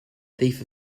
thief